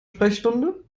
sprechstunde